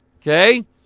Okay